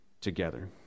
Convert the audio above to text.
together